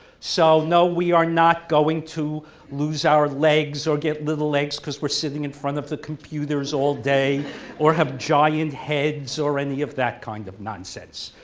so no we are not going to lose our legs or get little legs because we're sitting in front of the computers all day or have giant giant heads or any of that kind of nonsense.